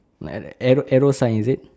like arrow arrow sign is it